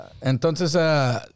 Entonces